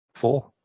four